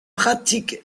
pratique